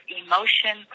emotion